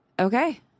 Okay